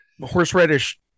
horseradish